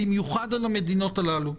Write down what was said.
במיוחד על המדינות הללו?